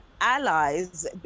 allies